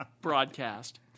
broadcast